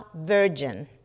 virgin